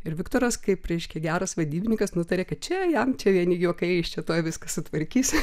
ir viktoras kaip reiškia geras vadybininkas nutarė kad čia jam čia vieni juokai jis čia tuoj viską sutvarkys